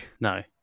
No